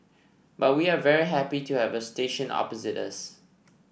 but we are very happy to have a station opposite us